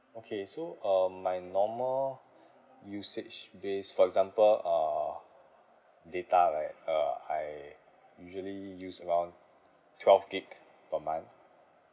okay so um my normal usage base for example uh data right uh I usually use around twelve gig per month